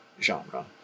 genre